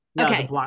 Okay